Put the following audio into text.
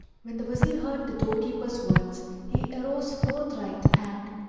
when the wazir heard the door-keeper's words he arose forthright and,